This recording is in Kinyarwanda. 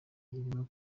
irimo